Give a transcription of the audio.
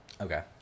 Okay